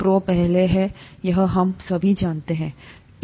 pro पहले है यह हम सभी जानते हैं